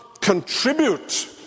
contribute